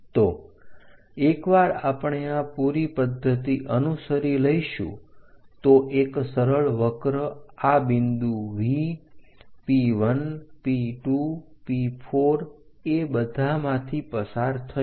તો એક વાર આપણે આ પૂરી પદ્ધતિ અનુસરી લઈશું તો એક સરળ વક્ર આ બિંદુ V P1P2 P4 અને એ બધામાંથી પસાર થશે